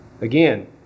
again